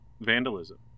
vandalism